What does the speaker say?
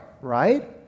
right